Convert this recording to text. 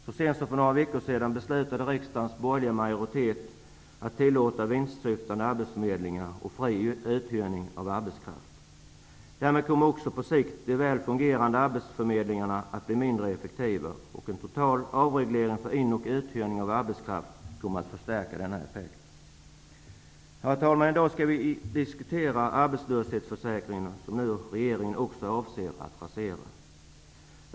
Så sent som för några veckor sedan beslutade riksdagens borgerliga majoritet att tillåta vinstsyftande arbetsförmedlingar och fri uthyrning av arbetskraft. Därmed kommer också på sikt de väl fungerande arbetsförmedlingarna att bli mindre effektiva. Och en total avreglering för in och uthyrning av arbetskraft kommer att förstärka denna effekt. Herr talman! I dag skall vi i kammaren diskutera arbetslöshetsförsäkringen, som nu regeringen också avser att rasera.